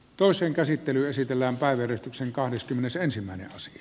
asian käsittely keskeytetään